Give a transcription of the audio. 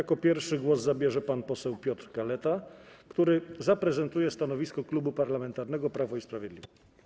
Jako pierwszy głos zabierze pan poseł Piotr Kaleta, który zaprezentuje stanowisko Klubu Parlamentarnego Prawo i Sprawiedliwość.